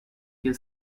you